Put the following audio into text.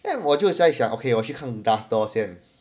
但我就在想 okay 我去看 glassdoor 先